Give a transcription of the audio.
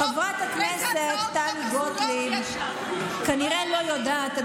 חברת הכנסת טלי גוטליב כנראה לא יודעת,